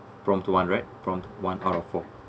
prompt to one right prompt one out of four